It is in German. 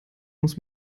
muss